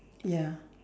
ya